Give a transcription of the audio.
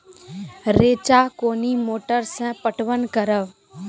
रेचा कोनी मोटर सऽ पटवन करव?